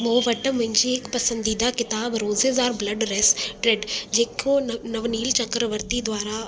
मूं वटि मुंहिंजी पसंदीदा किताबु roses are blood rest red जेको नव नवनील चक्रवर्ती द्वारा